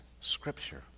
Scripture